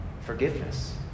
forgiveness